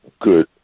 good